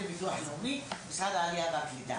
משרד העלייה והקליטה.